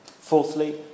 Fourthly